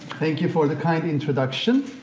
thank you for the kind introduction.